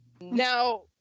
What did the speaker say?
Now